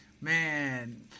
Man